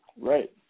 Right